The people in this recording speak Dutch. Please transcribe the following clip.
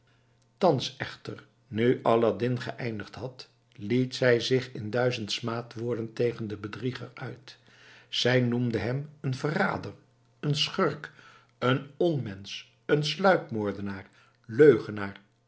thans echter nu aladdin geëindigd had liet zij zich in duizend smaadwoorden tegen den bedrieger uit zij noemde hem een verrader een schurk een onmensch een sluipmoordenaar leugenaar